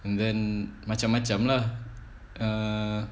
and then macam-macam lah err